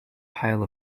pile